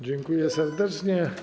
Dziękuję serdecznie.